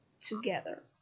together